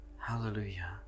Hallelujah